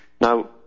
Now